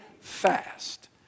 fast